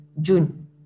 June